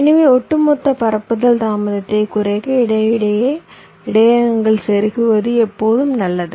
எனவே ஒட்டுமொத்த பரப்புதல் தாமதத்தைக் குறைக்க இடையிடையே இடையகங்களைச் செருகுவது எப்போதும் நல்லது